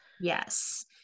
Yes